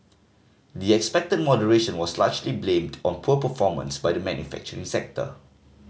the expected moderation was largely blamed on poor performance by the manufacturing sector